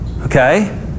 okay